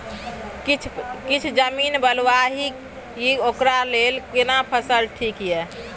किछ जमीन बलुआही ये ओकरा लेल केना फसल ठीक ये?